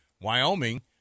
Wyoming